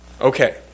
Okay